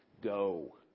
go